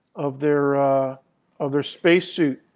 of their of their space suit.